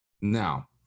Now